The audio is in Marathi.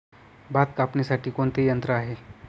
भात कापणीसाठी कोणते यंत्र आहे?